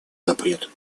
запрет